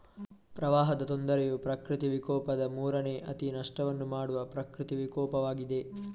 ಪ್ರವಾಹದ ತೊಂದರೆಯು ಪ್ರಕೃತಿ ವಿಕೋಪದ ಮೂರನೇ ಅತಿ ನಷ್ಟವನ್ನು ಮಾಡುವ ಪ್ರಕೃತಿ ವಿಕೋಪವಾಗಿದೆ